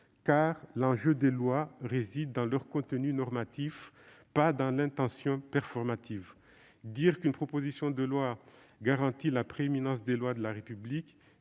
Car l'enjeu des lois réside dans leur contenu normatif, pas dans l'intention performative. Dire qu'une proposition de loi « garantit la prééminence des lois de la République